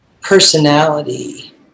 personality